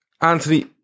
Anthony